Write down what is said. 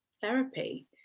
therapy